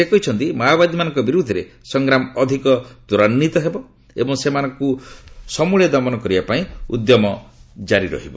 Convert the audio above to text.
ସେ କହିଛନ୍ତି ମାଓବାଦୀମାନଙ୍କ ବିରୁଦ୍ଧରେ ସଂଗ୍ରାମ ଅଧିକ ତ୍ୱରାନ୍ୱିତ ହେବ ଏବଂ ସେମାନଙ୍କ ସମୂଳେ ଦମନ କରିବା ପାଇଁ ଉଦ୍ୟମ ଜାରି ରହିବ